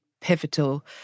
pivotal